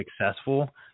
successful